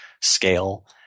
scale